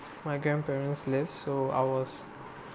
my grandparents live so I was